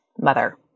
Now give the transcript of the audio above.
mother